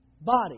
body